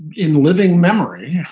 in living memory,